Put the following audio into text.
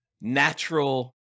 natural